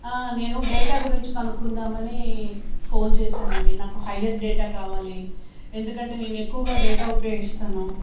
నేను డేటా గురించి కనుక్కుందాం అని ఫోన్ చేశాను అండి నాకు హయ్యర్ డేటా కావాలి ఎందుకంటే నేను ఎక్కువగా డేటా ఉపయోగిస్తాను